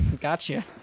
gotcha